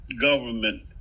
government